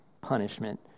punishment